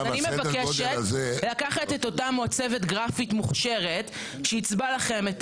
ואני מבקשת לקחת את אותה מעצבת גרפית מוכשרת שעיצבה לכם את